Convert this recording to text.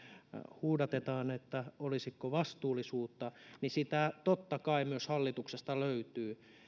huudatetaan että olisiko vastuullisuutta niin sitä totta kai myös hallituksesta löytyy